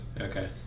Okay